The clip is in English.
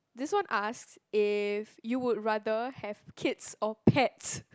this one asks if you would rather have kids or pets